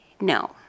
no